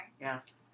Yes